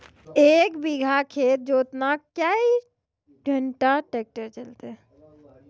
एक बीघा खेत जोतना क्या घंटा ट्रैक्टर चलते?